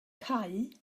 cau